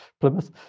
Plymouth